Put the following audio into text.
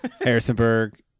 Harrisonburg